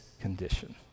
condition